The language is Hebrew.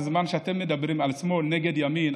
בזמן שאתם על שמאל נגד ימין,